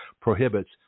prohibits